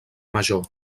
major